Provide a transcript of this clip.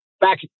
Back